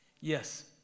Yes